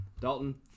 Dalton